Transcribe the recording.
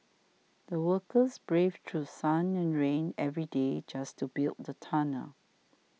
the workers braved through sun and rain every day just to build the tunnel